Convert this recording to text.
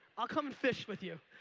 i'll come and fish with you.